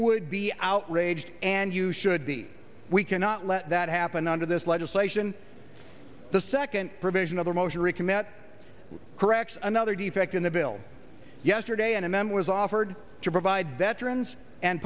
would be outraged and you should be we cannot let that happen under this legislation the second provision of the motion recommit corrects another defect in the bill yesterday and a man was offered to provide veterans and